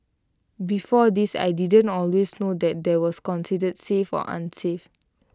before this I didn't always know what was considered safe or unsafe